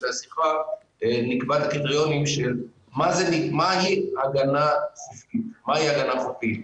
של מה היא הגנה חופית,